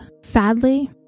sadly